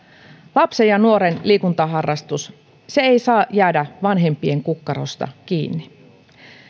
lapsen ja nuoren liikuntaharrastus ei saa jäädä vanhempien kukkarosta kiinni